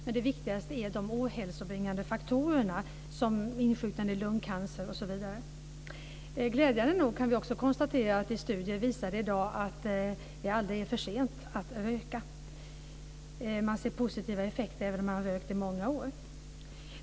Det allvarligaste är de ohälsobringande faktorerna, som insjuknande i lungcancer osv. Glädjande nog kan vi konstatera att studier i dag visar att det aldrig är för sent att sluta röka. Man kan se positiva effekter även på dem som har rökt i många år.